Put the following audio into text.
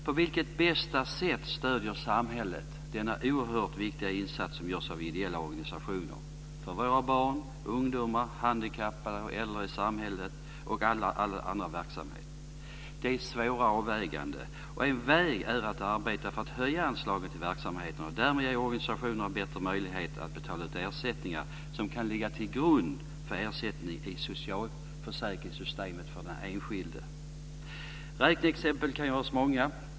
På vilket bästa sätt stöder samhället den oerhört viktiga insats som görs av ideella organisationer för våra barn, ungdomar, handikappade och äldre i samhället och för all annan verksamhet? Det är svåra avväganden. En väg i detta arbete är att höja anslaget till verksamheterna. Därmed ges organisationerna bättre möjlighet att betala ut ersättningar som i socialförsäkringssystemet kan ligga till grund för ersättning till den enskilde. Räkneexemplen kan göras många.